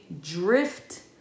drift